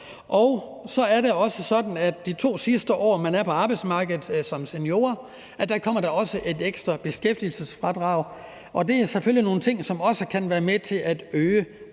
Så er det også sådan, at der i de to sidste år, man er på arbejdsmarkedet som seniorer, kommer et ekstra beskæftigelsesfradrag, og det er selvfølgelig også nogle ting, som kan være med til at øge